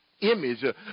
image